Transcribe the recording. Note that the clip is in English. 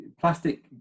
plastic